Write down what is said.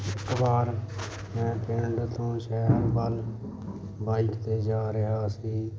ਇੱਕ ਵਾਰ ਮੈਂ ਪਿੰਡ ਤੋਂ ਸ਼ਹਿਰ ਵੱਲ ਬਾਈਕ 'ਤੇ ਜਾ ਰਿਹਾ ਸੀ